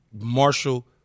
Marshall